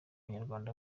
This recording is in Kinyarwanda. abanyarwanda